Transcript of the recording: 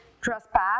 trespass